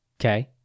Okay